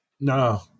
No